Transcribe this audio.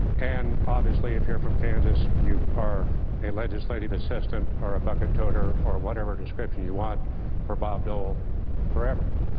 and obviously if you're from kansas, you are a legislative assistant or a bucket toter or whatever description you want for bob dole forever.